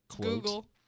Google